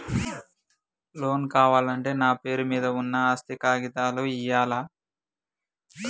Loan కావాలంటే నా పేరు మీద ఉన్న ఆస్తి కాగితాలు ఇయ్యాలా?